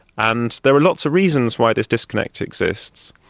and there are lots of reasons why this disconnect exists.